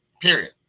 Period